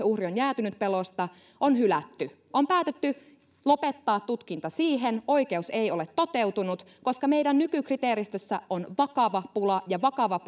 uhri on jäätynyt pelosta on hylätty on päätetty lopettaa tutkinta siihen oikeus ei ole toteutunut koska meidän nykykriteeristössä on vakava pula ja vakava